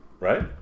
Right